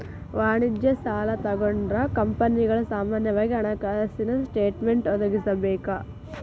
ವಾಣಿಜ್ಯ ಸಾಲಾ ತಗೊಂಡ್ರ ಕಂಪನಿಗಳು ಸಾಮಾನ್ಯವಾಗಿ ಹಣಕಾಸಿನ ಸ್ಟೇಟ್ಮೆನ್ಟ್ ಒದಗಿಸಬೇಕ